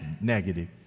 negative